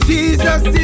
Jesus